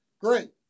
Great